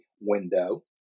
window